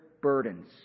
burdens